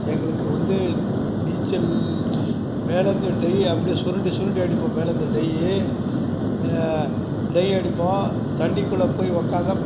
எங்களுக்கு வந்து நீச்சல் மேலிருந்து டெய் அப்டேயே சுருண்டு சுருண்டு அடிப்போம் மேலிருந்து டய்யி டை அடிப்போம் தண்ணிக்குள்ளே போய் உக்காந்தா